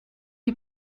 die